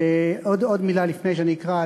עוד מילה לפני שאני אקרא,